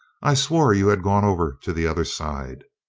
i swore you had gone over to the other side.